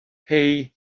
pay